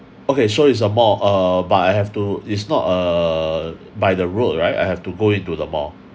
okay so is a mall uh but I have to it's not uh by the road right I have to go into the mall